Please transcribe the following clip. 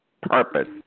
purpose